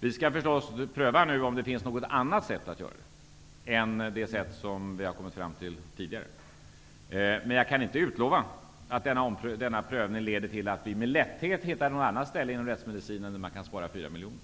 Vi skall naturligtvis pröva om det finns något annat sätt att göra det än det sätt som vi har kommit fram till tidigare. Jag kan dock inte utlova att denna prövning leder till att vi med lätthet kan hitta något annat ställe inom rättsmedicinen där vi kan spara 4 miljoner.